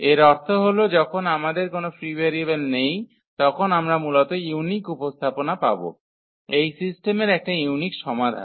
এর অর্থ হল যখন আমাদের কোন ফ্রী ভেরিয়েবল নেই তখন আমরা মূলত ইউনিক উপস্থাপনা পাব এই সিস্টেমের একটা ইউনিক সমাধান